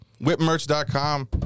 Whipmerch.com